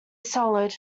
solid